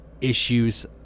issues